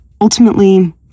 Ultimately